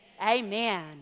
Amen